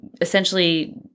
essentially